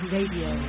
Radio